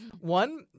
One